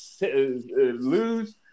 lose